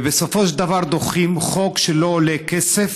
ובסופו של דבר דוחים חוק שלא עולה כסף,